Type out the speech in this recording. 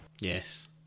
Yes